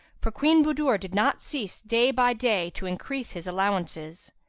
for queen budur did not cease day by day to increase his allowances.